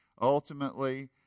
ultimately